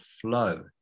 flow